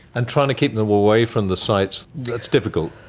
and trying to keep them away from the sites, that's difficult.